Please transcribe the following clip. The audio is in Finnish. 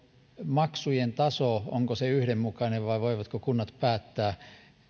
maksujen tasosta onko se yhdenmukainen vai voivatko kunnat päättää